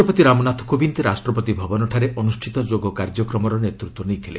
ରାଷ୍ଟ୍ରପତି ରାମନାଥ କୋବିନ୍ଦ ରାଷ୍ଟ୍ରପତି ଭବନଠାରେ ଅନ୍ଦୁଷ୍ଠିତ ଯୋଗ କାର୍ଯ୍ୟକ୍ରମର ନେତୃତ୍ୱ ନେଇଥିଲେ